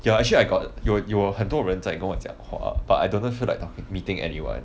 ya actually I got 有有很多人在跟我讲话 but I don't feel like meeting anyone